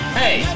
hey